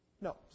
No